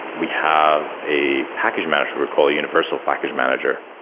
we have a package manager we call universal package manager.